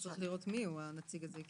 צריך לראות מי הנציג הזה.